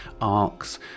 arcs